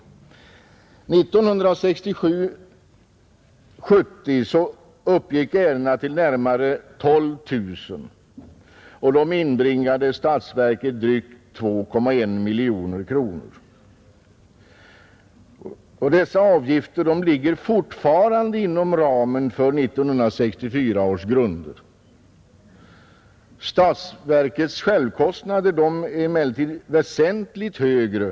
1967 — 1970 uppgick ärendena till närmare 12 000, 6 maj 1971 och de inbringade statsverket 2,1 miljoner kronor, Dessa avgifter ligger ———— fortfarande inom ramen för 1964 års grunder. Expeditionsavgiften Statsverkets självkostnader är emellertid väsentligt högre.